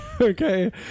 Okay